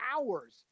hours